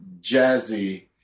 jazzy